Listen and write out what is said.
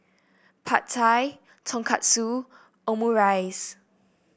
Pad Thai Tonkatsu Omurice